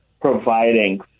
providing